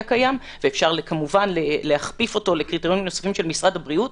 קיים ואפשר כמובן להכפיף אותו לקריטריונים נוספים של משרד הבריאות.